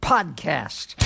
Podcast